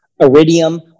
iridium